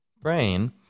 brain